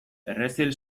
errezil